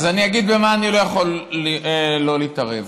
אז אני אגיד במה אני לא יכול לא להתערב.